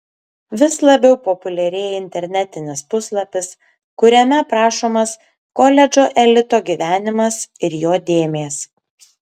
vis labiau populiarėja internetinis puslapis kuriame aprašomas koledžo elito gyvenimas ir jo dėmės